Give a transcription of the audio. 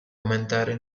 aumentare